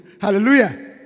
Hallelujah